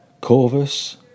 Corvus